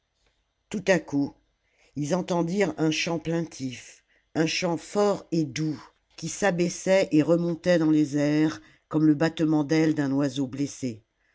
tout à coup ils entendirent un chant plaintif un chant fort et doux qui s'abaissait et remontait dans les airs comme le battement d'ailes d'un oiseau blessé